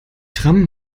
tram